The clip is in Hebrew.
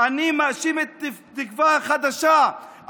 אני מאשים את תקווה חדשה,